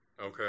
okay